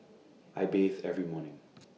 I bathe every morning